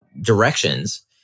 directions